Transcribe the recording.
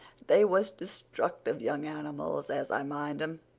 they was destructive young animals, as i mind em.